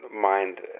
mind